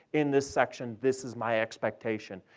in this section, this is my expectation.